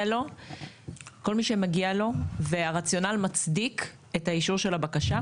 לו והרציונל מצדיק את האישור של הבקשה.